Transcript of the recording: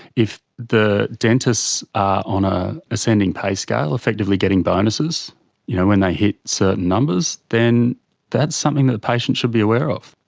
if the dentists are on an ah ascending pay scale, effectively getting bonuses you know when they hit certain numbers, then that's something that the patient should be aware of.